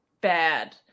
bad